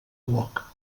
uoc